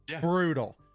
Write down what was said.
Brutal